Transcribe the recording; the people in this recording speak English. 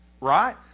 Right